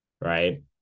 right